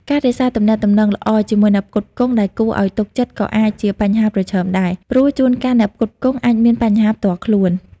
ការរក្សាទំនាក់ទំនងល្អជាមួយអ្នកផ្គត់ផ្គង់ ដែលគួរឱ្យទុកចិត្តក៏អាចជាបញ្ហាប្រឈមដែរ ព្រោះជួនកាលអ្នកផ្គត់ផ្គង់អាចមានបញ្ហាផ្ទាល់ខ្លួន។